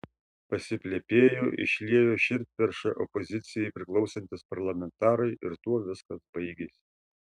pasiplepėjo išliejo širdperšą opozicijai priklausantys parlamentarai ir tuo viskas baigėsi